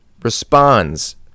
responds